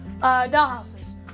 dollhouses